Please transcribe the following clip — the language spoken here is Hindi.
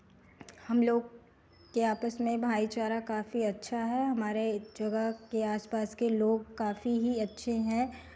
हमलोग के आपस में भाईचारा काफी अच्छा है हमारे एक जगह के आसपास के लोग काफी ही अच्छे हैं